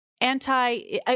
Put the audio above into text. anti